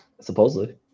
Supposedly